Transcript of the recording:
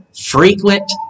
frequent